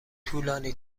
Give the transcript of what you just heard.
طولانی